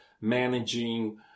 managing